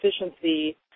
efficiency